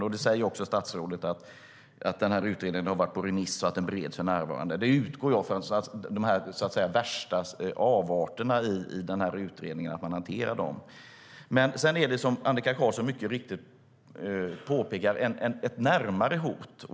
Statsrådet säger också att utredningen har varit på remiss och att den bereds för närvarande. Jag utgår då från att de värsta avarterna i utredningen hanteras. Liksom Annika Qarlsson mycket riktigt påpekar finns det också ett närmare hot.